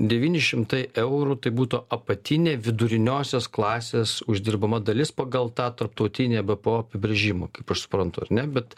devyni šimtai eurų tai būtų apatinė viduriniosios klasės uždirbama dalis pagal tą tarptautinį bpo apibrėžimą kaip aš suprantu ar ne bet